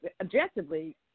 objectively